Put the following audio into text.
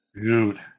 Dude